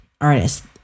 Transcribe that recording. artist